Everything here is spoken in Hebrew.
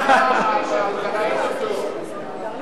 סלח לי,